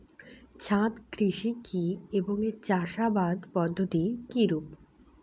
ছাদ কৃষি কী এবং এর চাষাবাদ পদ্ধতি কিরূপ?